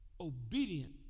obedient